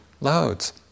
loads